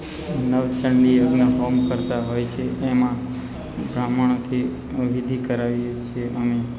નવચંડી હવન હોમ કરતાં હોઇએ છીએ એમાં બ્રાહ્મણોથી અમે વિધિ કરાવીએ છીએ અમે